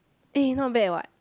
eh not bad what